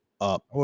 up